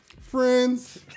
Friends